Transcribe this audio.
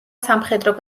სამხედრო